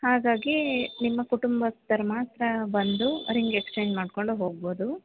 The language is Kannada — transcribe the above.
ಹಾಗಾಗಿ ನಿಮ್ಮ ಕುಟುಂಬಸ್ಥರು ಮಾತ್ರ ಬಂದು ರಿಂಗ್ ಎಕ್ಸ್ಚೇಂಜ್ ಮಾಡಿಕೊಂಡು ಹೋಗ್ಬೋದು